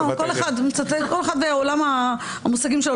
כל אחד ועולם המושגים שלו,